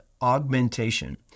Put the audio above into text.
augmentation